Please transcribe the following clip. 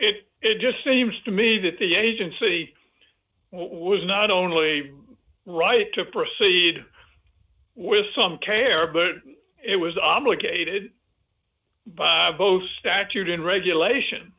it just seems to me that the agency was not only right to proceed with some care but it was obligated by both statute in regulation